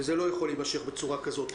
וזה לא יכול להימשך בצורה כזאת.